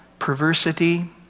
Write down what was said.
perversity